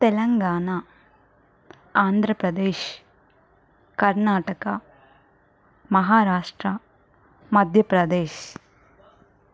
Telangana Andhra Pradesh Karnataka Maharashtra Madhya Pradesh